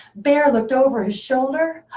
bear looked over his shoulder,